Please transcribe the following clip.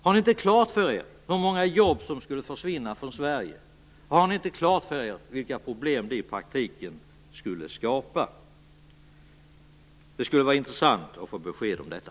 Har ni inte klart för er hur många jobb som skulle försvinna från Sverige? Har ni inte klart för er vilka problem det i praktiken skulle skapa? Det skulle vara intressant att få besked om detta.